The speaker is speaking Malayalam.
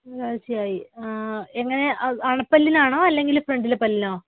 ഒരാഴ്ചയായി എങ്ങനെയാണ് അണപ്പല്ലിനാണോ അല്ലെങ്കില് ഫ്രണ്ടിലെ പല്ലിനോ